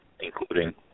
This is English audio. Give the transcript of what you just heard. including